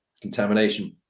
contamination